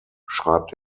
schreibt